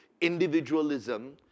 individualism